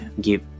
give